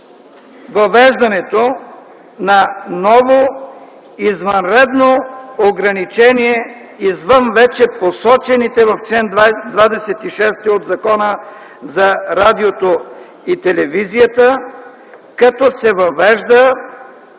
въвеждането на ново извънредно ограничение извън вече посочените в чл. 26 от Закона за радиото и телевизията, като се въвежда